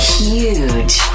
huge